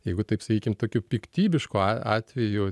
jeigu taip sakykim tokių piktybiškų a atvejų